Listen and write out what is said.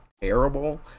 terrible